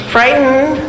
Frightened